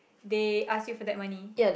they ask you for that money